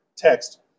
Text